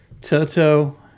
Toto